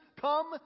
come